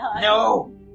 No